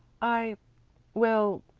i well,